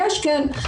כן,